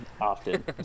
Often